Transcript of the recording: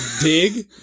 dig